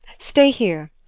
stay here.